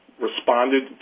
responded